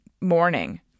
morning